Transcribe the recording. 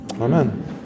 amen